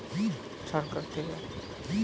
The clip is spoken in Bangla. আমরা মেশিন কেনার খরচা কোথায় পাবো?